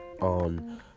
on